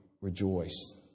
rejoice